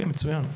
מצוין.